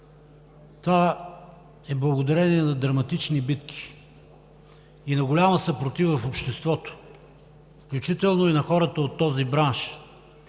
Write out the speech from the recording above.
това е благодарение на драматични битки и на голяма съпротива в обществото, включително и на хората от този бранш.